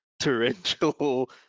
torrential